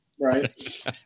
Right